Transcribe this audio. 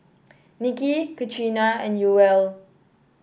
Niki Katrina and Yoel